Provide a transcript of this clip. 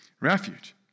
refuge